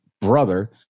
brother